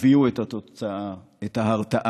הביאו את התוצאה, את ההרתעה,